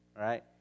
right